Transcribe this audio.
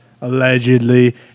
allegedly